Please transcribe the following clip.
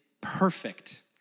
Perfect